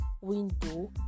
window